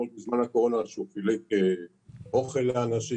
בדיוק כמו בזמן הקורונה שהוא חילק אוכל לאנשים,